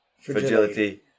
fragility